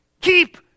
keep